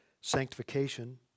sanctification